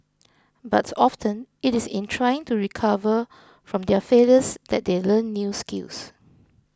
but often it is in trying to recover from their failures that they learn new skills